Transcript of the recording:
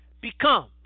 becomes